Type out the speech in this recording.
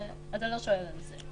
אתה לא שואל על זה?